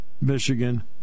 Michigan